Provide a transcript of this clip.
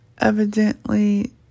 Evidently